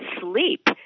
sleep